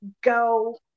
go